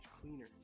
cleaner